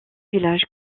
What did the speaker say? village